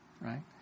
Right